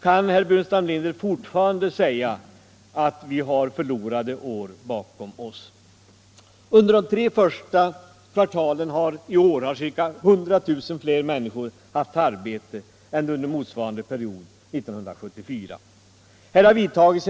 Kan herr Burenstam Linder fortfarande säga att vi har förlorade år bakom [ Under de tre första kvartalen i år har ca 100 000 fler människor haft arbete än under motsvarande period 1974. En rad åtgärder har också vidtagits.